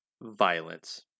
Violence